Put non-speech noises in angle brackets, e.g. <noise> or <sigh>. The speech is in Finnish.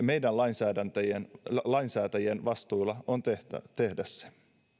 <unintelligible> meidän lainsäätäjien vastuulla on tehdä se